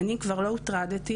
אני כבר לא הוטרדתי,